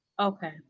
Okay